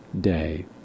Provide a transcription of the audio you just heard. day